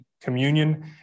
communion